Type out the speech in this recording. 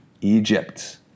Egypt